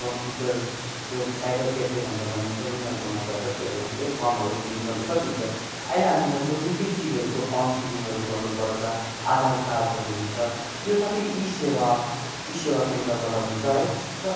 computer जो cyber cafe भनेर भनिन्छ उनीहरूकोमा गएर त्योहरू हामीले फर्महरू फिलिङ गर्नु सकिन्छ अहिले हामी हेर्छौँ निकै चिजहरूको फर्म फिलिङहरू गर्नु पर्छ आधार कार्डहरू हुन्छ त्यो सबै ई सेवा ई सेवा केन्द्रबाट हुन्छ है